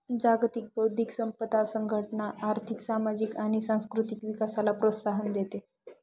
जागतिक बौद्धिक संपदा संघटना आर्थिक, सामाजिक आणि सांस्कृतिक विकासाला प्रोत्साहन देते